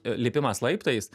lipimas laiptais